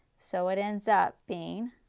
so it ends up being